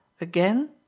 again